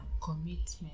commitment